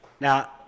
now